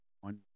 one